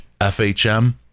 FHM